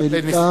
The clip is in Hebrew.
אשר היתה,